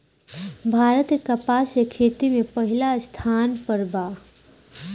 भारत के कपास के खेती में पहिला स्थान पर बा